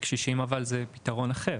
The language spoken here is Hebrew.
לקשישים אבל זה פתרון אחר.